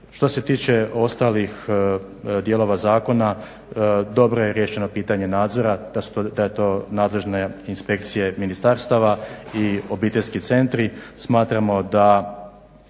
Što se tiče ostalih dijelova zakona, dobro je riješeno pitanje nadzora da je to nadležne inspekcije ministarstava, i obiteljski centri, smatramo da